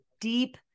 deep